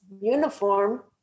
uniform